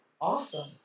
awesome